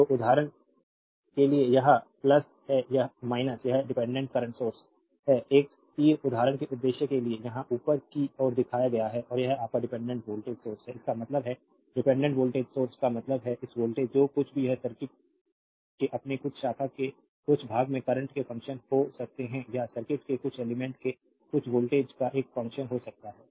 तो उदाहरण के लिए यह है यह डिपेंडेंट करंट सोर्स है एक तीर उदाहरण के उद्देश्य के लिए यहां ऊपर की ओर दिखाया गया है और यह आपका डिपेंडेंट वोल्टेज सोर्स है इसका मतलब है डिपेंडेंट वोल्टेज सोर्स का मतलब है इस वोल्टेज जो कुछ भी यह सर्किट के अपने कुछ शाखा के कुछ भाग में करंट के फंक्शन हो सकता है या सर्किट के कुछ एलिमेंट्स में कुछ वोल्टेज का एक फंक्शन हो सकता है